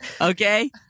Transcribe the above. Okay